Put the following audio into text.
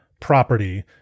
property